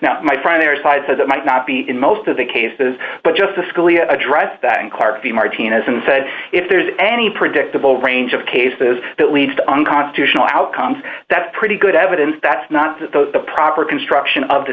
now my primary side says it might not be in most of the cases but justice scalia addressed that in clark the martinez and said if there's any predictable range of cases that leads to unconstitutional outcomes that's pretty good evidence that's not the proper construction of the